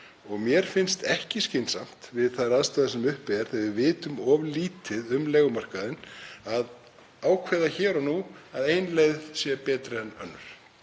Mér finnst ekki skynsamlegt, við þær aðstæður sem uppi eru, þegar við vitum of lítið um leigumarkaðinn, að ákveða það hér og nú að ein leið sé betri en önnur.